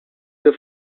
the